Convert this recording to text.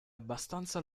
abbastanza